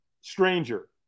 Stranger